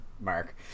Mark